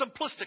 simplistic